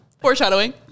foreshadowing